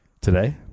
Today